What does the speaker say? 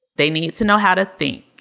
they need to know how to think,